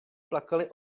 plakali